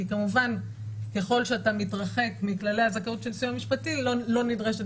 כי כמובן ככל שאתה מתרחק מכללי הזכאות של סיוע משפטי לא נדרשת